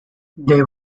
they